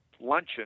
luncheon